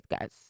guys